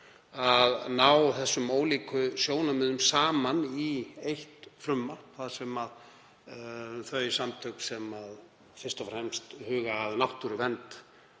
að ná þessum ólíku sjónarmiðum saman í eitt frumvarp. Þar sátu þau samtök sem fyrst og fremst huga að náttúruvernd